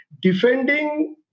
defending